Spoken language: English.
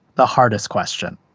the hardest question